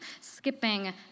skipping